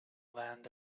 land